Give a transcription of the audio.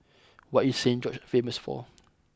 what is Saint George's famous for